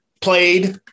played